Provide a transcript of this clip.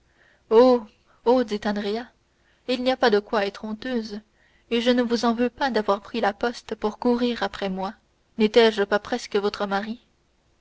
oh dit andrea il n'y a pas de quoi être honteuse et je ne vous en veux pas d'avoir pris la poste pour courir après moi n'étais-je pas presque votre mari